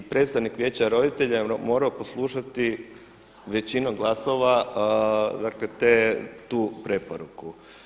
I predstavnik vijeća roditelja je morao poslušati većinu glasova dakle tu preporuku.